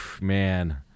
Man